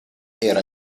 era